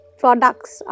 products